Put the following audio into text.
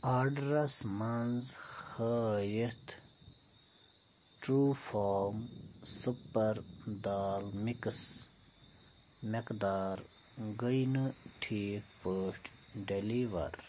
آرڈرَس منٛز ہٲیِتھ ٹرٛوٗفارم سُپر دال مِکٕس میٚقدار گٔے نہٕ ٹھیٖک پٲٹھۍ ڈیٚلیور